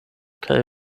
kaj